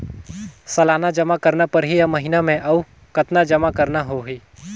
सालाना जमा करना परही या महीना मे और कतना जमा करना होहि?